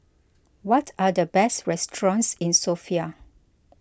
what are the best restaurants in Sofia